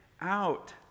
out